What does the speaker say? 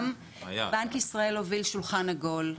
גם בנק ישראל הוביל שולחן עגול,